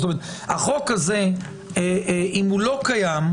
זאת אומרת: אם החוק הזה לא קיים,